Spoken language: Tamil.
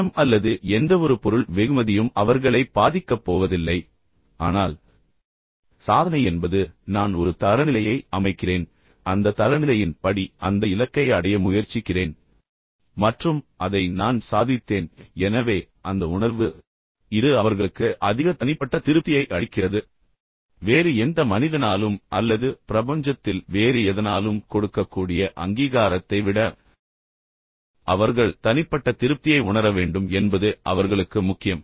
பணம் அல்லது எந்தவொரு பொருள் வெகுமதியும் அவர்களை பாதிக்கப் போவதில்லை ஆனால் சாதனை என்பது நான் ஒரு தரநிலையை அமைக்கிறேன் அந்த தரநிலையின் படி அந்த இலக்கை அடைய முயற்சிக்கிறேன் மற்றும் அதை நான் சாதித்தேன் எனவே அந்த உணர்வு இது அவர்களுக்கு அதிக தனிப்பட்ட திருப்தியை அளிக்கிறது வேறு எந்த மனிதனாலும் அல்லது பிரபஞ்சத்தில் வேறு எதனாலும் கொடுக்கக்கூடிய அங்கீகாரத்தை விட அவர்கள் தனிப்பட்ட திருப்தியை உணர வேண்டும் என்பது அவர்களுக்கு முக்கியம்